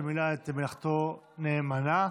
שמילא את מלאכתו נאמנה.